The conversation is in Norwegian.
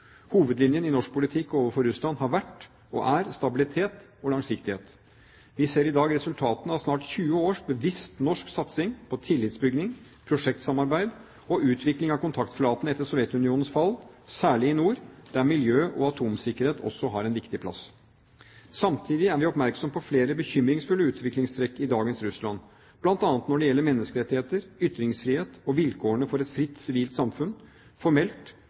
Hovedlinjen i norsk politikk overfor Russland har vært og er stabilitet og langsiktighet. Vi ser i dag resultatene av snart 20 års bevisst norsk satsing på tillitsbygging, prosjektsamarbeid og utvikling av kontaktflatene etter Sovjetunionens fall – særlig i nord, der miljø og atomsikkerhet også har en viktig plass. Samtidig er vi oppmerksom på flere bekymringsfulle utviklingstrekk i dagens Russland, bl.a. når det gjelder menneskerettigheter, ytringsfrihet og vilkårene for et fritt sivilt samfunn